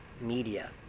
media